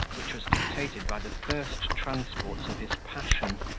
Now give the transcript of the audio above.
which was dictated by the first transports of his passion,